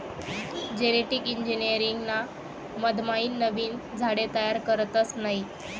genetic engineering ना मधमाईन नवीन झाडे तयार करतस नयी